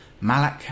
Malak